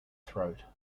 throat